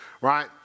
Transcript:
right